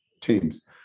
teams